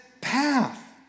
path